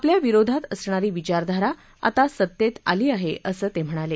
आपल्या विरोधात असणारी विचारधारा आता सत्तेत आली आहे असं ते म्हणाले